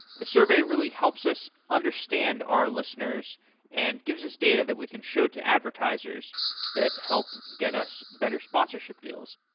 the survey really helps us understand our listeners and gives us data that we can show to advertisers that help get us better sponsorship deals.